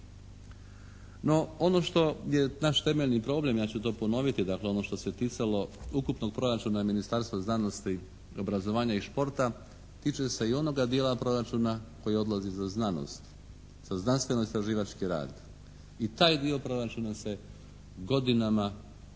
No, ono što je naš temeljni problem, ja ću to ponoviti, dakle ono što se ticalo ukupnog proračuna Ministarstva znanosti, obrazovanja i športa tiče se i onoga dijela proračuna koji odlazi za znanost, za znanstveno-istraživački rad. I taj dio proračuna se godinama ne